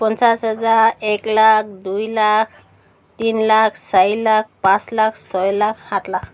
পঞ্চাছ হেজাৰ এক লাখ দুই লাখ তিনি লাখ চাৰি লাখ পাঁচ লাখ ছয় লাখ সাত লাখ